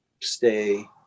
stay